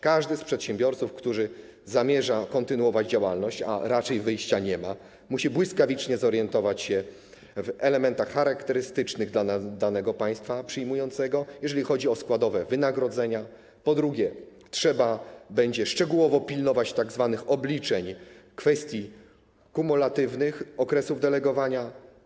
Każdy z przedsiębiorców, który zamierza kontynuować działalność, a raczej wyjścia nie ma, musi, po pierwsze, błyskawicznie zorientować się co do elementów charakterystycznych dla danego państwa przyjmującego, jeżeli chodzi o składowe wynagrodzenia, po drugie, trzeba będzie szczegółowo pilnować tzw. obliczeń w kwestii kumulatywnych okresów delegowania.